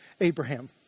Abraham